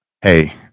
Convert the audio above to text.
hey